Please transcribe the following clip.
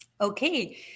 Okay